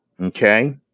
Okay